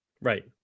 Right